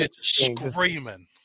screaming